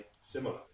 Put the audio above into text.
similar